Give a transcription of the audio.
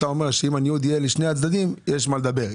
אתה אומר שאם הניוד יהיה לשני הצדדים יש על מה לדבר.